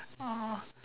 oh